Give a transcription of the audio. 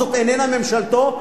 זאת איננה ממשלתו,